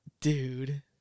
Dude